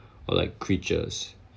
or like creatures